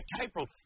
April